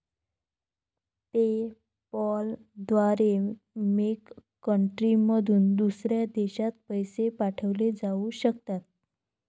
PayPal द्वारे मेक कंट्रीमधून दुसऱ्या देशात पैसे पाठवले जाऊ शकतात